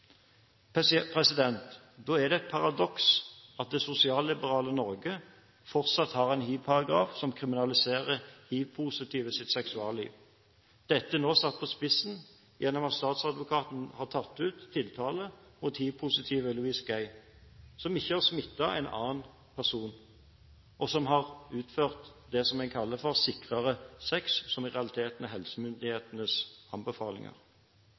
Da er det et paradoks at det sosialliberale Norge fortsatt har en hivparagraf som kriminaliserer hivpositives seksualliv. Dette er nå satt på spissen gjennom at statsadvokaten har tatt ut tiltale mot hivpositive Louis Gay, som ikke har smittet en annen person, og som har utført det som en kaller «sikrere sex», som i realiteten er